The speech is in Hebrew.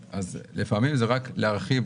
לפעמים זה רק להרחיב,